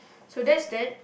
so that's that